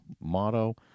motto